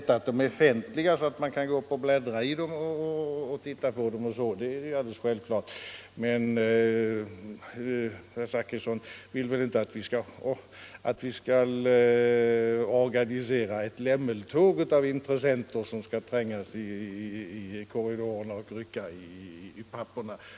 Att de är offentliga handlingar, som man kan gå upp på departementet för att studera och bläddra i är alldeles självklart, men herr Zachrisson vill väl inte att vi skall organisera ett lämmeltåg av intressenter som trängs i korridorerna och rycker i papperen.